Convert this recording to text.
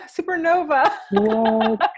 supernova